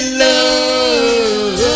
love